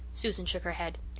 susan shook her head.